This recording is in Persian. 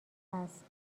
هست